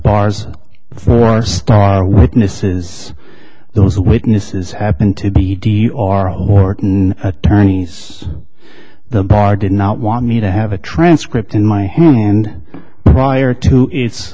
bar's four star witnesses those witnesses happen to be or a warden attorneys the bar did not want me to have a transcript in my hand prior